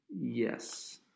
Yes